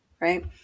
right